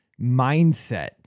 mindset